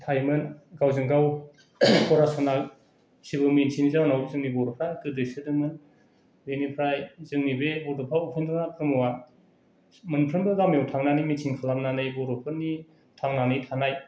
थायोमोन गावजोंगाव फरासुना जेबो मोन्थियैनि जाउनाव जोंनि बर'फ्रा गोदोसोदोंमोन बेनिफ्राय जोंनि बे बड'फा उपेन्द्रनाथ ब्रह्मआ मोनफ्रोमबो गामिआव थांनानै मिथिं खालामनानै बर'फोरनि थांनानै थानाय